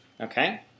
okay